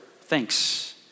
Thanks